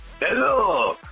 Hello